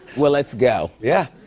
well, let's go. yeah.